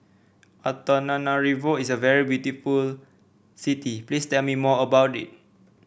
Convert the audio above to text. Antananarivo is a very beautiful city please tell me more about it